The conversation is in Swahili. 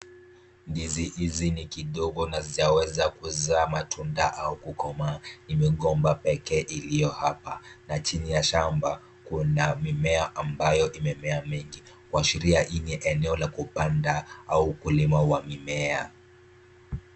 Ndizi hizi ni kidogo na hazijaweza kuzaa matunda au kukomaa ni migomba pekee iliyo hapa. Na chini ya shamba kuna mimea ambayo imemea mengi kuashiria hi ni eneo la kupanda au ukulima wa mimea .